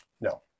No